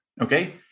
okay